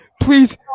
Please